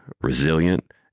resilient